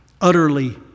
utterly